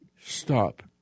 stop